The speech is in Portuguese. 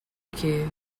que